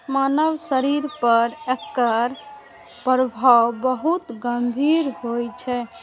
मानव शरीर पर एकर प्रभाव बहुत गंभीर होइ छै